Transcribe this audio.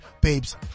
Babes